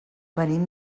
venim